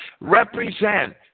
represent